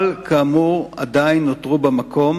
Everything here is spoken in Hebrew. אבל כאמור, עדיין נותרו במקום